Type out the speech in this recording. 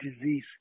disease